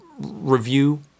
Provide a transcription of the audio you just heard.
review